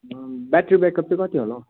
battery backup चाहिँ कति होला हौ